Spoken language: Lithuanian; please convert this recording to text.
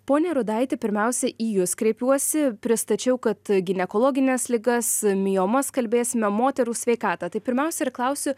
pone rudaiti pirmiausia į jus kreipiuosi pristačiau kad ginekologines ligas miomas kalbėsime moterų sveikatą tai pirmiausia ir klausiu